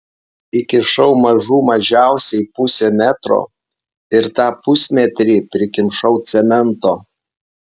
įkišau mažų mažiausiai pusę metro ir tą pusmetrį prikimšau cemento